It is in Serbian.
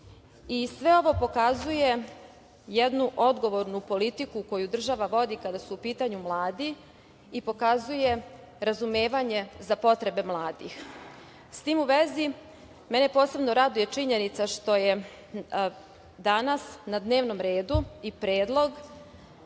ovo pokazuje jednu odgovornu politiku koju država vodi kada su u pitanju mladi i pokazuje razumevanje za potrebe mladih. Sa tim u vezi mene posebno raduje činjenica što je danas na dnevnom redu i predlog